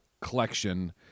collection